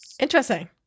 Interesting